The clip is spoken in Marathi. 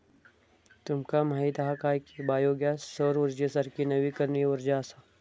तुमका माहीत हा काय की बायो गॅस सौर उर्जेसारखी नवीकरणीय उर्जा असा?